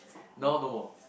now no more